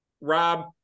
Rob